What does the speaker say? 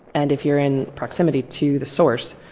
and if you're in proximity to the source